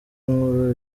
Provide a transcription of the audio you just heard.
nkuru